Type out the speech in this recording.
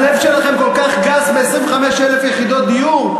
הלב שלכם כל כך גס ב-25,000 יחידות דיור?